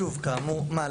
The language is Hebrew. שוב, מה?